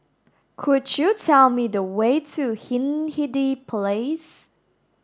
could you tell me the way to Hindhede Place